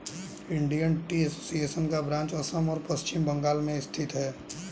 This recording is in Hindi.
इंडियन टी एसोसिएशन का ब्रांच असम और पश्चिम बंगाल में स्थित है